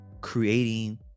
creating